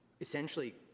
essentially